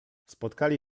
spotkali